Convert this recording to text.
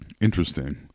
Interesting